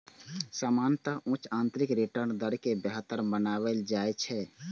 सामान्यतः उच्च आंतरिक रिटर्न दर कें बेहतर मानल जाइ छै